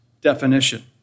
definition